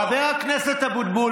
חבר הכנסת אבוטבול,